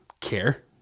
care